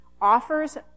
offers